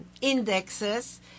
indexes